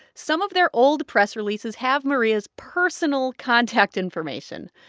some of their old press releases have maria's personal contact information.